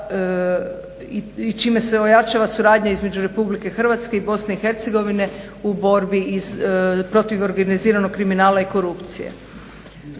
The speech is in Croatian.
čime se ojačava suradnja između RH i BIH u borbi protiv organiziranog kriminala i korupcije.